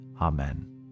Amen